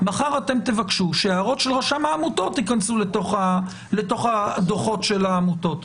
מחר אתם תבקשו שההערות של רשם העמותות ייכנסו לתוך הדוחות של העמותות.